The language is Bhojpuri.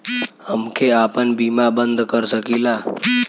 हमके आपन बीमा बन्द कर सकीला?